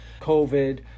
COVID